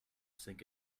sink